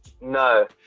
No